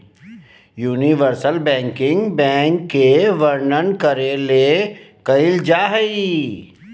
universal banking bank के वर्णन करे ले कइल जा हइ